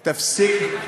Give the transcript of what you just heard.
תפסיקי,